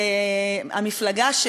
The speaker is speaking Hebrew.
המפלגה,